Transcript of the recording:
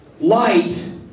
light